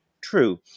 true